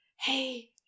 Hey